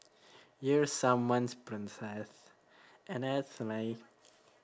you're someone's princess and that's like